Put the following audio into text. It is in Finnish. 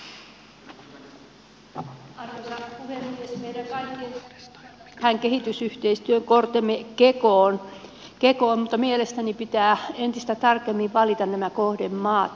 meidän kaikkien täytyy kantaa kortemme tähän kehitysyhteistyön kekoon mutta mielestäni pitää entistä tarkemmin valita nämä kohdemaat missä toimimme